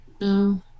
No